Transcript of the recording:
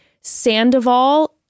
Sandoval